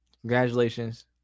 congratulations